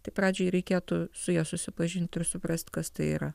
tik pradžiai reikėtų su ja susipažint ir suprast kas tai yra